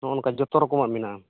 ᱱᱚᱜᱼᱚ ᱱᱚᱝᱠᱟ ᱡᱚᱛᱚ ᱨᱚᱠᱚᱢᱟᱜ ᱢᱮᱱᱟᱜᱼᱟ